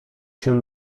się